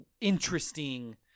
interesting